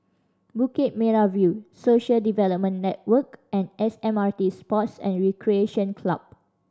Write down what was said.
Bukit Merah View Social Development Network and S M R T Sports and Recreation Club